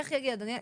איך יגיע תקציב?